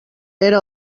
era